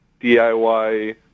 DIY